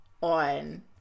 on